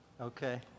Okay